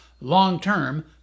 long-term